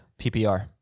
PPR